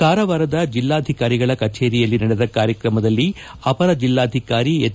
ಕಾರವಾರದ ಜಿಲ್ಲಾಧಿಕಾರಿಗಳ ಕಚೇರಿಯಲ್ಲಿ ನಡೆದ ಕಾರ್ಯಕ್ರಮದಲ್ಲಿ ಅಪರ ಜಿಲ್ಲಾಧಿಕಾರಿ ಎಚ್